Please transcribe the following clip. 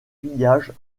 pillages